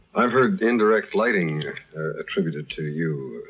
i've heard indirect lighting attributed to you,